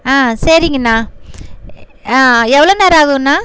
ஆ சரிங்கண்ணா எவ்வளோ நேரம் ஆகுண்ணா